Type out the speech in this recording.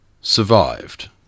survived